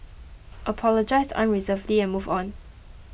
apologise unreservedly and move on